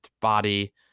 body